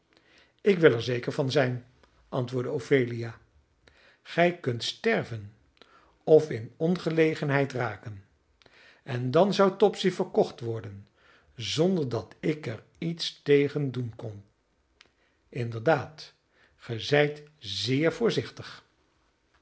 ik wil er zeker van zijn antwoordde ophelia gij kunt sterven of in ongelegenheid raken en dan zou topsy verkocht worden zonder dat ik er iets tegen doen kon inderdaad ge zijt zeer voorzichtig